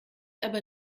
aber